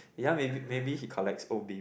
ya maybe maybe he collects old baby